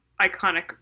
iconic